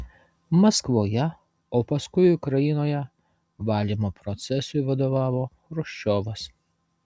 maskvoje o paskui ukrainoje valymo procesui vadovavo chruščiovas